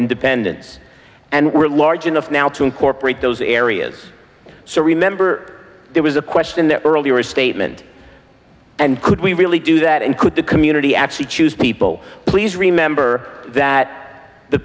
independence and we're large enough now to incorporate those areas so remember there was a question that earlier statement and could we really do that and could the community actually choose people please remember that the